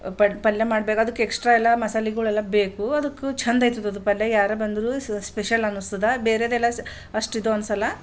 ಪಡ್ ಪಲ್ಯ ಮಾಡಿದಾಗ ಅದಕ್ಕೆ ಎಕ್ಸ್ಟ್ರಾ ಎಲ್ಲ ಮಸಾಲೆಗಳೆಲ್ಲ ಬೇಕು ಅದಕ್ಕೆ ಚೆಂದಾಯ್ತದದು ಪಲ್ಯ ಯಾರ ಬಂದ್ರೂ ಸ್ ಸ್ಪೆಷಲ್ ಅನ್ನಿಸ್ತದೆ ಬೇರೆದೆಲ್ಲ ಸ್ ಅಷ್ಟಿದು ಅನ್ಸೋಲ್ಲ